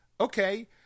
okay